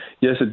Yes